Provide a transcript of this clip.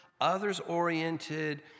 others-oriented